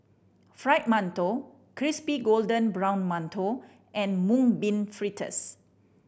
Fried Mantou crispy golden brown mantou and Mung Bean Fritters